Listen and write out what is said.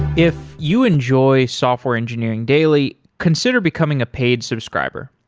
if you enjoy software engineering daily, consider becoming a paid subscriber.